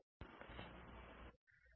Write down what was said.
तर ती तेवढीच म्हणजे 150000 आहे